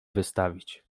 wystawić